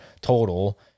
total